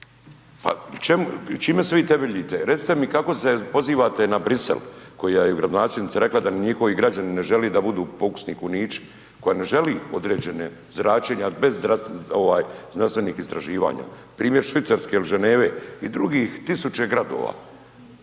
čime se vi temeljite? Recite mi kako se pozivate na Bruxelles koja je gradonačelnica rekla da ni njihovi građani ne žele da budu pokusni kunući? Koja ne želi određena zračenja bez znanstvenih istraživanja? Primjer Švicarske ili Ženeve i drugih tisuće gradova,